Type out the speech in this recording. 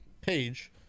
page